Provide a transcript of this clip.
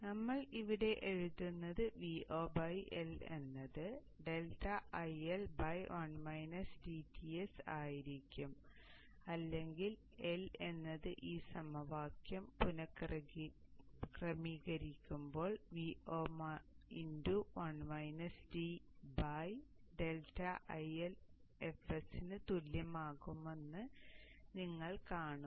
അതിനാൽ ഞങ്ങൾ ഇവിടെ എഴുതുന്നത് Vo L എന്നത് ∆IL ആയിരിക്കും അല്ലെങ്കിൽ L എന്നത് ഈ സമവാക്യം പുനഃക്രമീകരിക്കുമ്പോൾ Vo ∆IL fs ന് തുല്യമാകുമെന്ന് നിങ്ങൾ കാണും